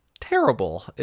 terrible